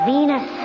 Venus